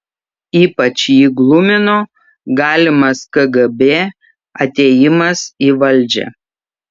ypač jį glumino galimas kgb atėjimas į valdžią